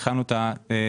הכנו את התסקיר,